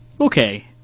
Okay